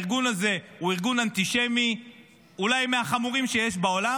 שהארגון הזה הוא ארגון אנטישמי אולי מהחמורים שיש בעולם.